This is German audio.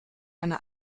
eine